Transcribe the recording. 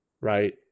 right